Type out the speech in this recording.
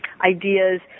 ideas